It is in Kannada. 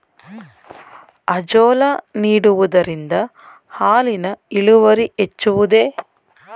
ಅಜೋಲಾ ನೀಡುವುದರಿಂದ ಹಾಲಿನ ಇಳುವರಿ ಹೆಚ್ಚುವುದೇ?